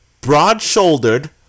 broad-shouldered